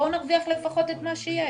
בואו נרוויח לפחות את מה שיש.